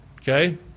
Okay